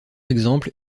exemple